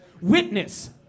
Witness